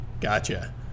Gotcha